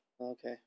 Okay